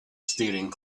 staring